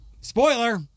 spoiler